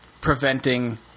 preventing